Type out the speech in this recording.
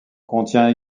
contient